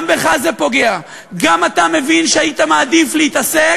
גם בך זה פוגע, גם אתה מבין, היית מעדיף להתעסק